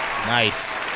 Nice